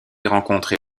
rencontrer